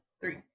three